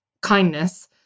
kindness